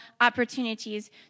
opportunities